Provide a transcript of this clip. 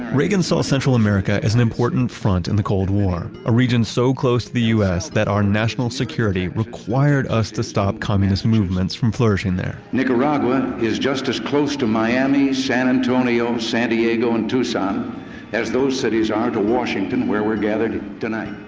reagan saw central america is an important front in the cold war, a region so close to the u s. that our national security required us to stop communist movements from flourishing there nicaragua is just as close to miami, san antonio, san diego, and tucson as those cities are to washington where we're gathered tonight.